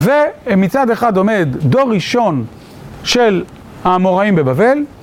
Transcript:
ומצד אחד עומד דור ראשון של המוראים בבבל.